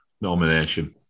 nomination